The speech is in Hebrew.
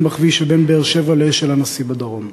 בכביש שבין באר-שבע לאשל-הנשיא בדרום,